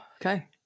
okay